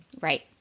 Right